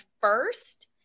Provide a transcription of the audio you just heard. first